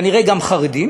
כנראה גם חרדים,